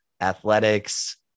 athletics